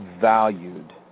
valued